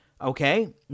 Okay